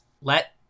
let